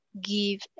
give